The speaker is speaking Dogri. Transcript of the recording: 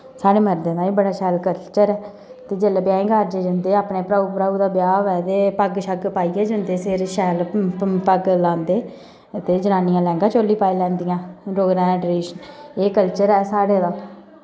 साढ़े मर्दें दा बी बड़ा शैल कल्चर ऐ ते जिल्ला ब्याहें कार्जें जन्दे अपने भ्रा्ऊ भ्राऊ दा ब्याह् होऐ ते पग्ग शग पाइयै जन्दे सिर शैल प पग्ग लांदे ते जनानियां लैह्ंगा चोली पाई लैंदियां डोगरें दा ट्रडीशन एह् कल्चर ऐ साढ़े दा